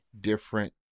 different